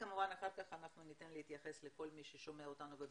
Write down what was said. כמובן אחר כך אנחנו ניתן להתייחס לכל מי ששומע אותנו בזום,